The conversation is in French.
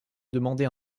demander